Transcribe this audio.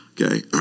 Okay